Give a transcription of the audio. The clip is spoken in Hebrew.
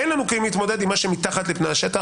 אין לנו כלים להתמודד עם מה שמתחת לפני השטח,